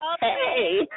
hey